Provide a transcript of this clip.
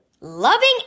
loving